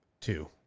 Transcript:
Two